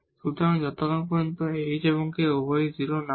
সুতরাং যতক্ষণ পর্যন্ত h এবং k উভয়ই 0 না হয়